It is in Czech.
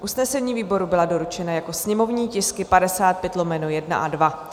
Usnesení výboru byla doručena jako sněmovní tisky 55/1 a 2.